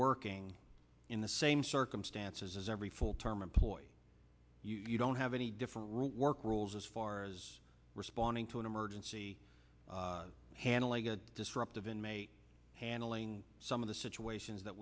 working in the same circumstances as every full term employee you don't have any different real work rules as far as responding to an emergency handling a disruptive inmate handling some of the situations that